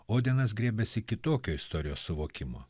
odenas griebiasi kitokio istorijos suvokimo